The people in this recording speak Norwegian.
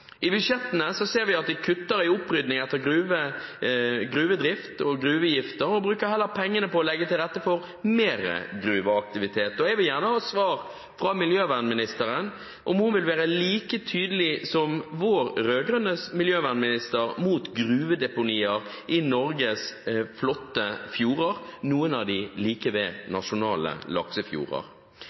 I budsjettene ser vi at de kutter i oppryddingen etter gruvedrift og gruvegifter og heller bruker pengene på å legge til rette for mer gruveaktivitet. Jeg vil gjerne ha svar fra miljøvernministeren på om hun vil være like tydelig som vår rød-grønne miljøvernminister var imot gruvedeponier i Norges flotte fjorder – noen av dem ligger like ved nasjonale laksefjorder.